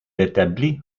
établit